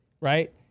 Right